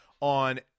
on